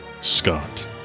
Scott